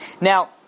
Now